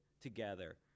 together